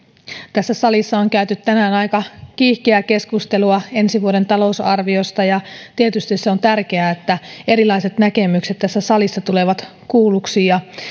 tässä salissa on käyty tänään aika kiihkeää keskustelua ensi vuoden talousarviosta ja on tietysti tärkeää että erilaiset näkemykset tulevat tässä salissa kuulluiksi ja